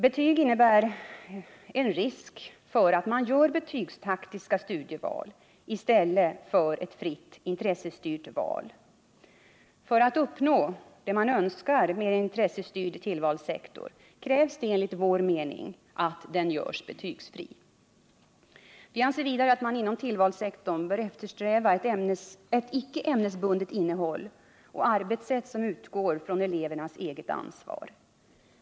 Betyg innebär en risk för betygstaktiska studieval i stället för ett fritt intressestyrt val. För att uppnå det man önskar med en intressestyrd tillvalssektor krävs enligt vår mening att den görs betygsfri. Vi anser vidare att man inom tillvalssektorn bör eftersträva ett ickeämnesbundet innehåll och arbetssätt som utgår från elevens eget ansvar.